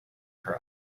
her